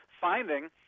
finding